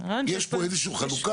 יש פה איזה שהיא חלוקה,